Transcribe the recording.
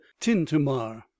Tintamar